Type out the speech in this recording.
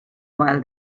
while